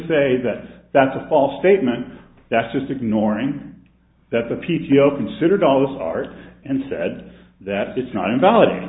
say that that's a false statement that's just ignoring that the p t o considered all this art and said that it's not invalid